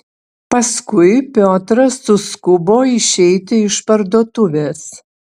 paskui piotras suskubo išeiti iš parduotuvės